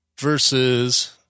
versus